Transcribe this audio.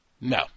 No